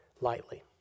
lightly